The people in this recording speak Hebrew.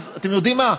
אתם יודעים מה,